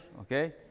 okay